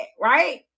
right